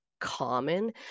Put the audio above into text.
common